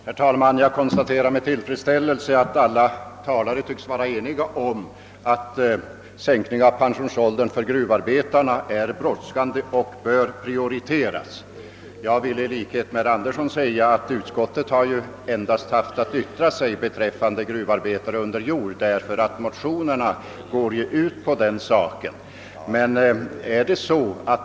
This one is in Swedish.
Herr talman! Jag konstaterar med tillfredsställelse att alla talare tycks vara eniga om att en sänkning av pensionsåldern för gruvarbetarna är en brådskande angelägenhet som bör prioriteras. Jag vill i likhet med herr Anderson i Sundsvall framhålla att utskottet endast haft att yttra sig beträffande gruvarbetare under jord, eftersom det är denna kategori som tas upp i motionerna.